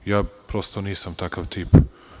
Ja prosto nisam takav tip.